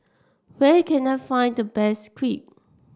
where can I find the best Crepe